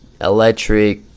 electric